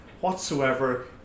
whatsoever